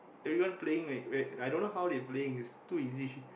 everyone playing whe~ whe~ I don't know how they playing is too easy already